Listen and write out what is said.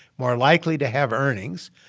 more likely to have earnings.